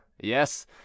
yes